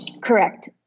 Correct